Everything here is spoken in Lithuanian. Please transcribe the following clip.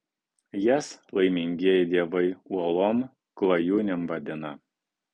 jas laimingieji dievai uolom klajūnėm vadina